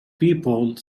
people